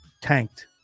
tanked